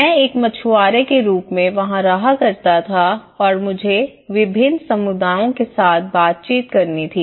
मैं एक मछुआरे के रूप में वहां रहा करता था और मुझे विभिन्न समुदायों के साथ बातचीत करनी थी